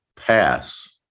pass